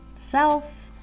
self